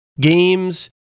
games